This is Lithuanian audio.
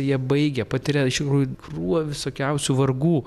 ją baigia patiria iš tikrųjų krūvą visokiausių vargų